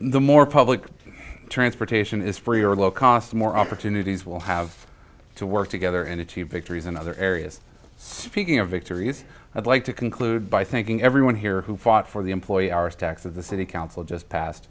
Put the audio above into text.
the more public transportation is free or low cost more opportunities will have to work together and achieve victories in other areas so speaking of victories i'd like to conclude by thanking everyone here who fought for the employee hours tax of the city council just passed